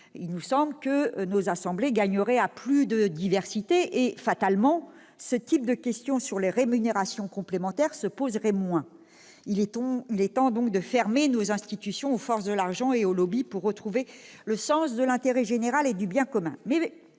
Il nous semble que nos assemblées gagneraient à plus de diversité et fatalement, ce type de questions sur les rémunérations complémentaires se poserait moins. Il est temps de fermer nos institutions aux forces de l'argent et aux lobbys pour retrouver le sens de l'intérêt général et du bien commun.